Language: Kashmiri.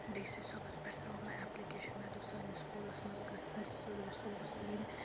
ڈی سی صٲبَس پٮ۪ٹھ ترٛٲو مےٚ اٮ۪پلِکیشَن مےٚ دوٚپ سٲنِس سکوٗلَس منٛز گٔژھۍ یِم رِسورٕس یِنۍ